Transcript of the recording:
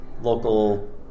local